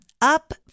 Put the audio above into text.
up